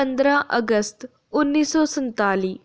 पंदरां अगस्त उन्नी सौ सन्ताली